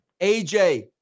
AJ